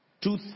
two